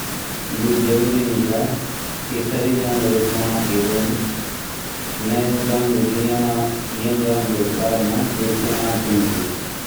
ये जरूरी नी छा सभी जानवरों की आँखें होंदी मैं जान्दु चू यन जानवरों का बारा मां जै की आँखें नी ची